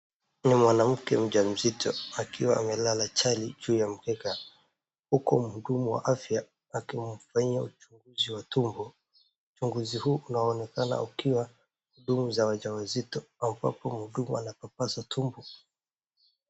Ni mwanamke mjamzito, akiwa amelala chali juu ya mkeka , huku mhudumu wa afya akimfanyia uchunguzi wa tumbo, uchunguzi huu unaonekana ukiwa huduma za waja wazito, ambapo mhudumu anapapasa tumbo.